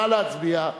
נא להצביע.